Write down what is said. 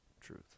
truth